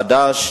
חד"ש,